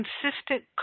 consistent